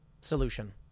solution